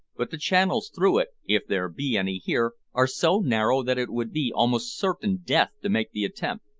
but the channels through it, if there be any here, are so narrow that it would be almost certain death to make the attempt.